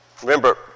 Remember